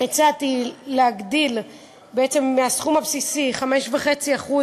הצעתי להגדיל בעצם מהסכום הבסיסי 5.5%